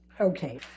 Okay